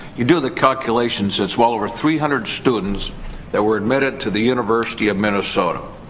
you do the calculations, it's well over three hundred students that were admitted to the university of minnesota.